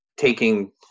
taking